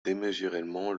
démesurément